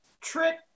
trick